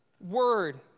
word